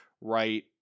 right